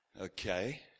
Okay